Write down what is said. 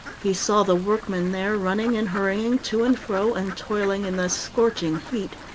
he saw the workmen there running and hurrying to and fro, and toiling in the scorching heat.